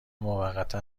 موقتا